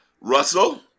Russell